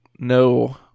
No